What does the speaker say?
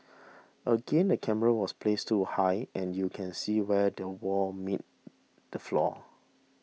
again the camera was placed too high and you can see where the wall meets the floor